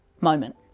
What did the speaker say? moment